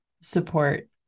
support